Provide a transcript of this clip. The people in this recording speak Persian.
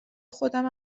خودم